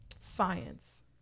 science